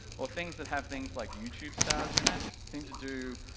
or things that have things like youtube stars in it, seem to do